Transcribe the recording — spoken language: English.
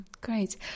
Great